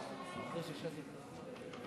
אחרי 70 שנה, תפסיק לעשות את ההפרדות